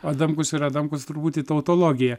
adamkus yra adamkus turbūt į tautologiją